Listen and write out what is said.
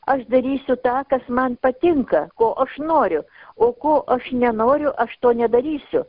aš darysiu tą kas man patinka ko aš noriu o ko aš nenoriu aš to nedarysiu